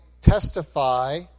testify